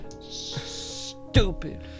stupid